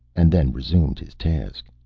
and then resumed his task.